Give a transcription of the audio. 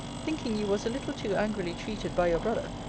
thinking you was a little too angrily treated by your brother,